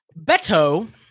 Beto